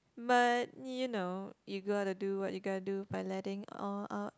but you know you got to do what you got to do by letting all out